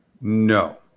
no